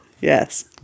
Yes